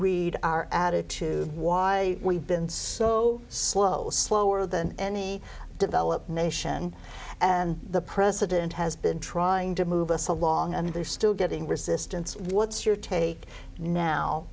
read our additive why are you been so slow slower than any developed nation and the president has been trying to move us along and they're still getting resistance what's your take now